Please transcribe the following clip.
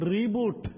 Reboot